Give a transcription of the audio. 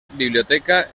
biblioteca